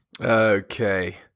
okay